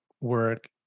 work